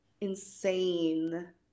insane